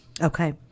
Okay